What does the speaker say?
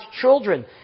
children